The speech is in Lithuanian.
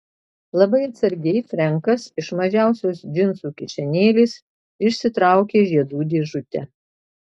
labai atsargiai frenkas iš mažiausios džinsų kišenėlės išsitraukė žiedų dėžutę